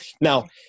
Now